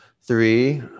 Three